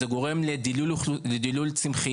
זה גורם לדילול צמחייה,